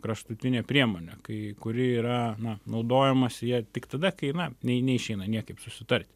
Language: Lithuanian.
kraštutinė priemonė kai kuri yra na naudojamasi ja tik tada kai na nei neišeina niekaip susitarti